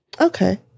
Okay